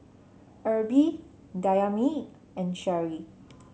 Erby Dayami and Cheri